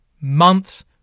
months